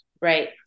Right